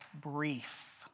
brief